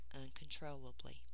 uncontrollably